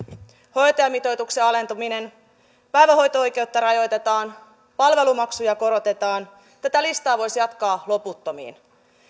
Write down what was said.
hoitajamitoituksen alentuminen päivähoito oikeutta rajoitetaan palvelumaksuja korotetaan tätä listaa voisi jatkaa loputtomiin